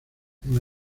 una